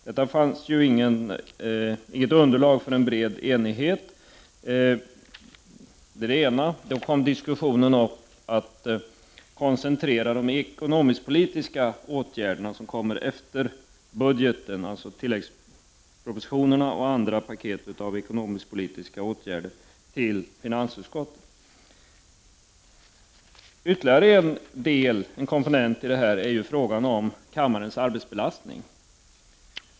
Det fanns inget underlag för en bred enighet på den punkten. Då uppstod diskussionen om att koncentrera de ekonomisk-politiska åtgärder som föreslås efter budgeten — tilläggspropositioner och andra paket av ekonomisk-politisk karaktär — till finansutskottet. Ytterligare en komponent är frågan om kammarens arbetsbelastning.